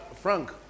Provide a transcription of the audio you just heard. Frank